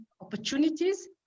opportunities